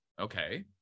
Okay